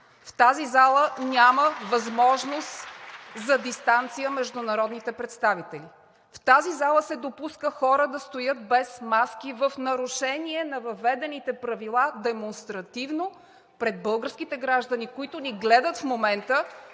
В тази зала няма възможност за дистанция между народните представители. В тази зала се допуска хора да стоят без маски в нарушение на въведените правила демонстративно пред българските граждани, които ни гледат в момента